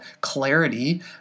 clarity